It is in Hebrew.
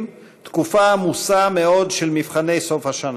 תקופה עמוסה מאוד של מבחני סוף השנה.